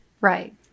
Right